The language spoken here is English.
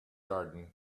garden